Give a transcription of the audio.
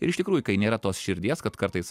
ir iš tikrųjų kai nėra tos širdies kad kartais